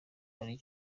ari